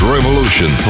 Revolution